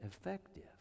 effective